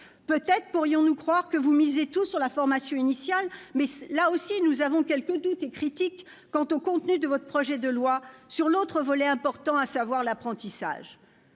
Peut-être pourrions-nous croire que vous misez tout sur la formation initiale, mais, là aussi, nous avons quelques doutes et critiques quant au contenu de votre projet de loi sur l'autre volet important, à savoir l'apprentissage.